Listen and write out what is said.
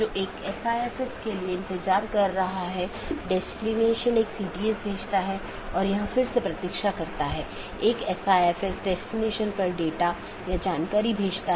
यह feature BGP साथियों को एक ही विज्ञापन में कई सन्निहित रूटिंग प्रविष्टियों को समेकित करने की अनुमति देता है और यह BGP की स्केलेबिलिटी को बड़े नेटवर्क तक बढ़ाता है